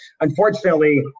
unfortunately